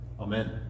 Amen